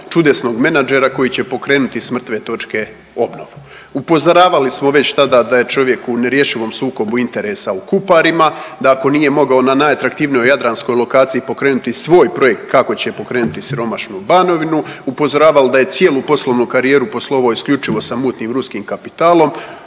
čudesnog menadžera koji će pokrenuti s mrtve točke obnovu. Upozoravali smo već tada da je čovjek u nerješivom sukobu interesa u Kuparima, da ako nije mogao na najatraktivnijoj jadranskoj lokaciji pokrenuti svoj projekt kako će pokrenuti siromašnu Banovinu, upozoravali da je cijelu poslovnu karijeru poslovao isključivo sa mutnim ruskim kapitalom.